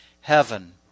heaven